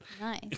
Nice